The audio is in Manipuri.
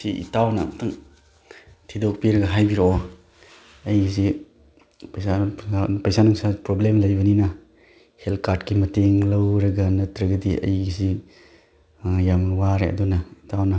ꯁꯤ ꯏꯇꯥꯎꯅ ꯑꯃꯨꯛꯇꯪ ꯊꯤꯗꯣꯛꯄꯤꯔꯒ ꯍꯥꯏꯕꯤꯔꯛꯑꯣ ꯑꯩꯒꯤꯁꯦ ꯄꯩꯁꯥ ꯅꯨꯡꯁꯥ ꯄ꯭ꯔꯣꯕ꯭ꯂꯦꯝ ꯂꯩꯕꯅꯤꯅ ꯍꯦꯜꯠ ꯀꯥꯔꯠꯀꯤ ꯃꯇꯦꯡ ꯂꯧꯔꯒ ꯅꯠꯇ꯭ꯔꯒꯗꯤ ꯑꯩꯁꯤ ꯌꯥꯝ ꯋꯥꯔꯦ ꯑꯗꯨꯅ ꯏꯇꯥꯎꯅ